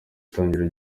itangira